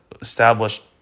established